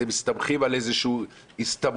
אתם מסתמכים על דת,